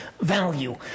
value